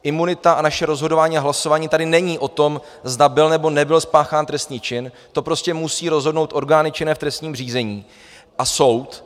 Imunita a naše rozhodování a hlasování tady není o tom, zda byl nebo nebyl spáchán trestný čin, to prostě musí rozhodnout orgány činné v trestním řízení a soud.